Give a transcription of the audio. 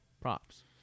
Props